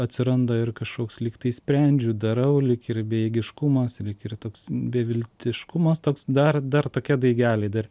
atsiranda ir kažkoks lyg tai sprendžiu darau lyg ir bejėgiškumas lyg ir toks beviltiškumas toks dar dar tokie daigeliai dar